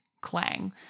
clang